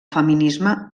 feminisme